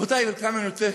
רבותי, כאן אני רוצה